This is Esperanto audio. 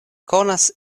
konas